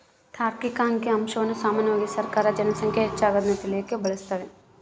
ತಾರ್ಕಿಕ ಅಂಕಿಅಂಶವನ್ನ ಸಾಮಾನ್ಯವಾಗಿ ಸರ್ಕಾರ ಜನ ಸಂಖ್ಯೆ ಹೆಚ್ಚಾಗದ್ನ ತಿಳಿಯಕ ಬಳಸ್ತದೆ